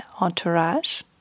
Entourage